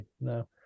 No